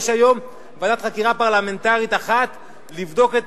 יש היום ועדת חקירה פרלמנטרית אחת לבדוק את